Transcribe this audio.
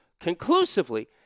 conclusively